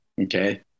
okay